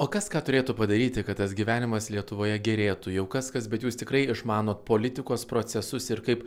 o kas ką turėtų padaryti kad tas gyvenimas lietuvoje gerėtų jau kas kas bet jūs tikrai išmanot politikos procesus ir kaip